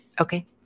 Okay